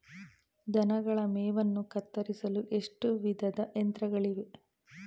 ದನಗಳ ಮೇವನ್ನು ಕತ್ತರಿಸಲು ಎಷ್ಟು ವಿಧದ ಯಂತ್ರಗಳಿವೆ?